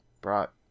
brought